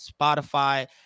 spotify